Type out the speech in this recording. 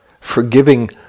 forgiving